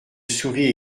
souris